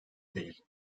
değil